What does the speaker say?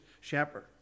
shepherd